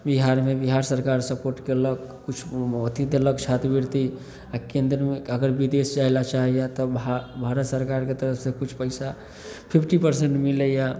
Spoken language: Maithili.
बिहारमे बिहार सरकार सपोर्ट कएलक किछु अथी देलक छात्रवृति आओर केन्द्रमे अगर विदेश जाइलए चाहैए तब भा भारत सरकारके तरफसे किछु पइसा फिफ्टी परसेन्ट मिलैए